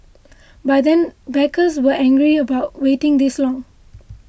by then backers were angry about waiting this long